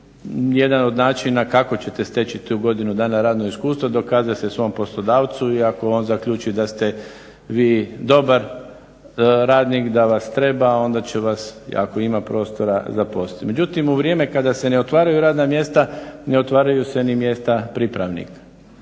jedan od načina kako ćete steći tu godinu radnog iskustva dokazala se svom poslodavcu i ako on zaključi da ste vi dobar radnik, da vas treba onda će vas ako ima prostora zaposliti. Međutim u vrijeme kada se ne otvaraju radna mjesta ne otvaraju se ni mjesta pripravnika.